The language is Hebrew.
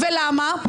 למה?